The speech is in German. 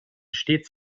stets